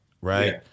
right